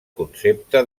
concepte